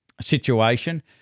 situation